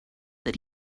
that